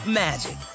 magic